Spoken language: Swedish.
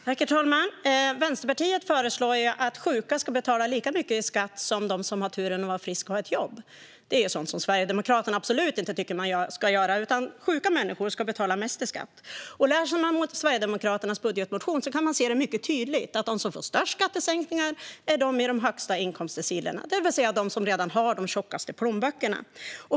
Herr talman! Vänsterpartiet föreslår att sjuka ska betala lika mycket i skatt som dem som har turen att vara friska och att ha ett jobb. Det är sådant som Sverigedemokraterna absolut inte tycker att man ska göra, utan sjuka människor ska betala mest i skatt. Den som läser Sverigedemokraternas budgetmotion kan se mycket tydligt att de som får störst skattesänkningar är de i de högsta inkomstdecilerna, det vill säga de som redan har de tjockaste plånböckerna.